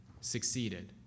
succeeded